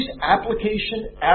application